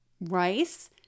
rice